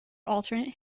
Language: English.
alternate